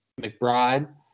McBride